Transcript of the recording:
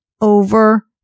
over